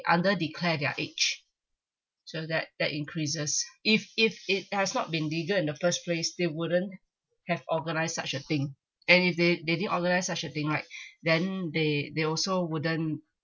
under declare their age so that that increases if if it has not been legal in the first place they wouldn't have organized such a thing and if they they didn't organise such a thing right then they they also wouldn't